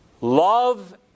Love